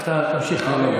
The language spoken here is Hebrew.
הם עוברים מחשאית לגלויה,